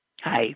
Hi